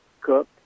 cook